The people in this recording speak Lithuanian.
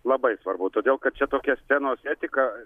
labai svarbu todėl kad čia tokia scenos etika